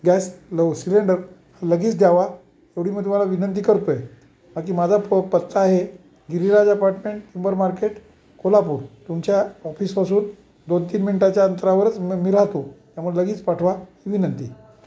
gas लव सिलेंडरा लगेच द्यावा एवढी म तुम्हाला विनंती करतोय बाकी माझा प पत्ता आहे गिरीराज अपार्टमेंट इंबर मार्केट कोल्हापूर तुमच्या ऑफिसपासून दोन तीन मिनटाच्या अंतरावरच मं म मि राहतो त्यामुळे लगेच पाठवा विनंती